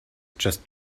just